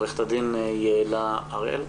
עורכת הדין יעלה הראל.